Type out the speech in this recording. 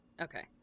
Okay